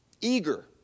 eager